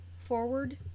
forward